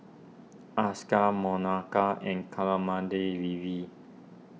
Akshay Manohar and Kamaladevi